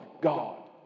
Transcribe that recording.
God